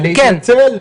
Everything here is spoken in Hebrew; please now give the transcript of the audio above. ולהתנצל,